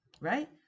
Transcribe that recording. right